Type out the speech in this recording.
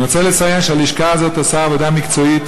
אני רוצה לציין שהלשכה הזאת עושה עבודה מקצועית